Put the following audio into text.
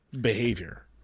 Behavior